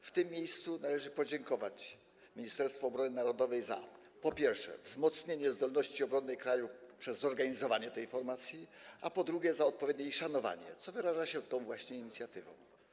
W tym miejscu należy podziękować Ministerstwu Obrony Narodowej za, po pierwsze, wzmocnienie zdolności obronnej kraju przez zorganizowanie tej formacji, a po drugie - odpowiednie jej szanowanie, co wyraża się tą właśnie inicjatywą.